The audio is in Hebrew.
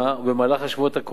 ובשבועות הקרובים